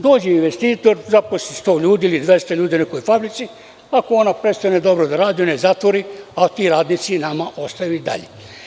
Dođe investitor, zaposli 100 ljudi ili 200 ljudi u nekoj fabrici, pa ako ona prestane da radi, on je zatvori, a ti radnici nama ostaju i dalje.